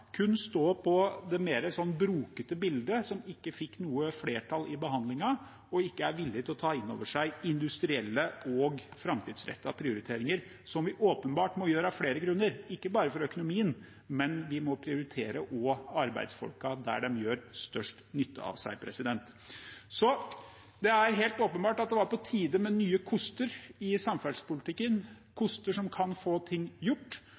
kun på det mer brokete bildet som ikke fikk noe flertall i behandlingen, og er ikke villig til å ta inn over seg industrielle og framtidsrettede prioriteringer, som vi åpenbart må gjøre av flere grunner, ikke bare for økonomien, men også for å prioritere arbeidsfolka der de gjør størst nytte for seg. Det er helt åpenbart at det var på tide med nye koster i samferdselspolitikken – koster som kan få ting gjort